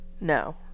no